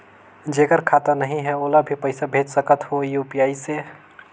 जेकर खाता नहीं है ओला भी पइसा भेज सकत हो यू.पी.आई से?